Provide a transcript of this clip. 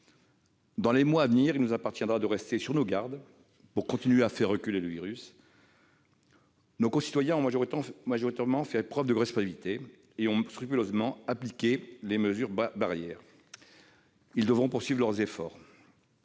Dans les mois à venir, il nous appartiendra de rester sur nos gardes pour continuer à faire reculer le virus. Nos concitoyens ont majoritairement fait preuve de responsabilité et scrupuleusement appliqué les mesures barrières : ils devront poursuivre leurs efforts.